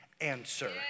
answer